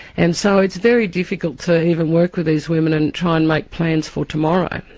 and so it's very difficult to even work with these women and try and make plans for tomorrow.